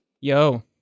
Yo